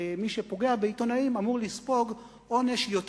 מי שפוגע בעיתונאים אמור לספוג עונש יותר